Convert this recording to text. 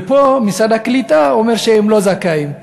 ופה משרד הקליטה אומר שהם לא זכאים.